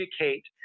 educate